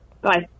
Bye